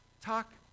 talk